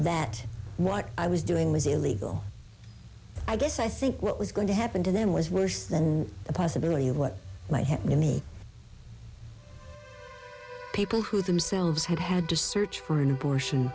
that what i was doing was illegal i guess i think what was going to happen to them was worse than the possibility of what might happen to me people who themselves had had to search for an abortion